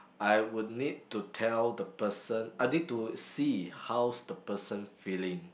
I would need to tell the person I need to see how's the person feeling